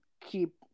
keep